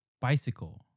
Bicycle